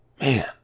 Man